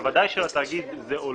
אבל ודאי שלתאגיד זה עולה.